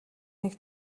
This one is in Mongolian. нэг